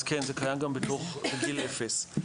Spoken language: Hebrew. אז כן, זה קיים גם בתוך גיל אפס.